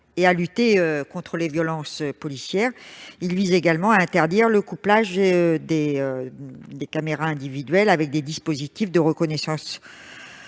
de lutter contre les violences policières et d'interdire le couplage des caméras individuelles avec des dispositifs de reconnaissance